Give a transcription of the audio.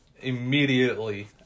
Immediately